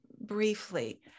briefly